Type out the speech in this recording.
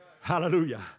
Hallelujah